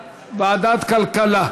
התשע"ו 2016, לוועדה שתקבע ועדת הכנסת נתקבלה.